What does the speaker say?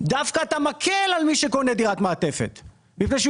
דווקא מקל על מי שקונה דירת מעטפת, מפני שאם